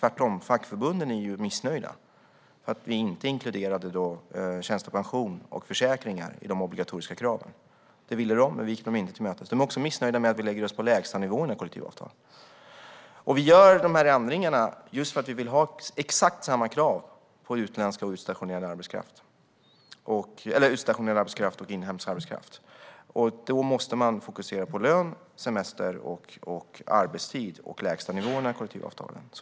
Tvärtom är fackförbunden missnöjda med att vi inte inkluderade tjänstepension och försäkring i de obligatoriska kraven. Det ville de, men vi gick dem inte till mötes. De är också missnöjda med att vi lägger oss på lägstanivåerna i kollektivavtalen. Vi gör dessa ändringar för att vi vill ha exakt samma krav för inhemsk och utstationerad arbetskraft. Då måste man fokusera på lön, semester, arbetstid och lägstanivåerna i kollektivavtalen.